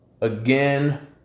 again